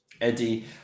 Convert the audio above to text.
Eddie